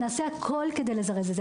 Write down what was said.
נעשה הכול כדי לזרז את זה.